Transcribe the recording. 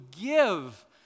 give